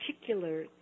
particular